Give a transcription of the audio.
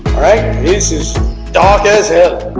right this is dark as hell oh